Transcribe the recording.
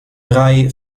drei